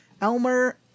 elmer